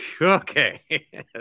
Okay